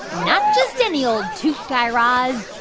not just any old toot, guy raz.